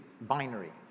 binary